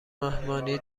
مهمانی